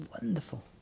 wonderful